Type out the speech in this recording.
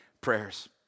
prayers